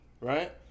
right